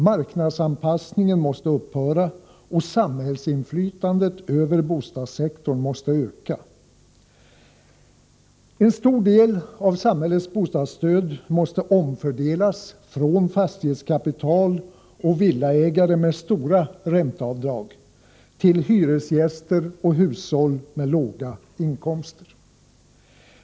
Marknadsanpassningen måste upphöra, och samhällsinflytandet över bostadssektorn måste ökas. En stor del av samhällets bostadsstöd måste omfördelas från fastighetskapital och villaägare med stora ränteavdrag till hyresgäster och hushåll med låga inkomster.